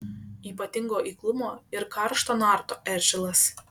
ypatingo eiklumo ir karšto narto eržilas